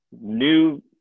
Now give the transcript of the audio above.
new